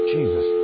Jesus